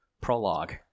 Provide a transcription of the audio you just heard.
prologue